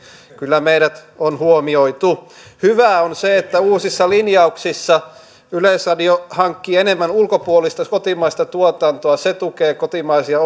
kyllä meidät on huomioitu hyvää on se että uusissa linjauksissa yleisradio hankkii enemmän ulkopuolista kotimaista tuotantoa se tukee kotimaisia